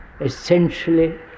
essentially